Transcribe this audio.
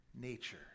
nature